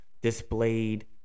displayed